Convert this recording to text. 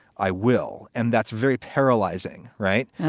i will. and that's very paralyzing. right.